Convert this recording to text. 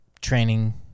training